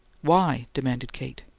why? demanded kate.